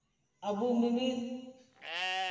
ᱟᱵᱚ ᱢᱤᱱᱤᱫ